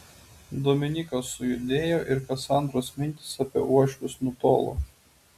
dominykas sujudėjo ir kasandros mintys apie uošvius nutolo